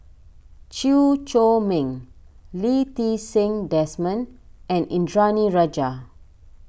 Chew Chor Meng Lee Ti Seng Desmond and Indranee Rajah